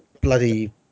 bloody